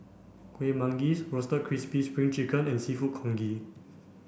Kuih Manggis roasted crispy spring chicken and seafood congee